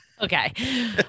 Okay